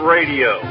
Radio